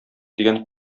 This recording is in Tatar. дигән